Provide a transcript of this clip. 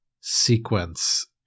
sequence